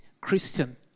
Christian